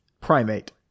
primate